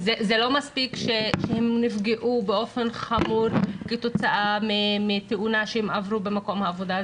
לא מספיק שהם נפגעו באופן חמור כתוצאה מתאונה שהם עברו במקום העבודה,